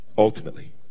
ultimately